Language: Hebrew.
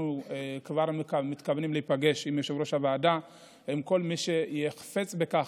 אנחנו כבר מתכוונים להיפגש עם יושב-ראש הוועדה ועם כל מי שחפץ בכך,